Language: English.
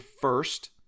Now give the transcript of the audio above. first